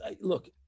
look